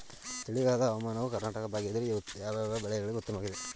ಚಳಿಗಾಲದ ಹವಾಮಾನವು ಕರ್ನಾಟಕದ ಭಾಗದಲ್ಲಿ ಯಾವ್ಯಾವ ಬೆಳೆಗಳಿಗೆ ಉತ್ತಮವಾಗಿದೆ?